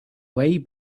way